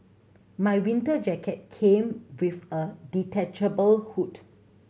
my winter jacket came with a detachable hood